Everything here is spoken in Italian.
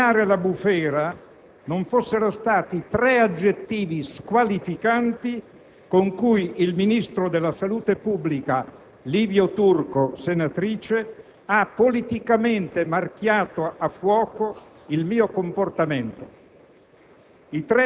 se a scatenare la bufera non fossero stati tre aggettivi squalificanti con cui il ministro della salute, Livia Turco, senatrice, ha politicamente marchiato a fuoco il mio comportamento;